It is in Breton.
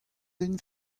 den